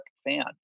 fan